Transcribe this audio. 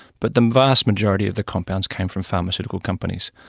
but the vast majority of the compounds came from pharmaceutical companies.